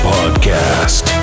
Podcast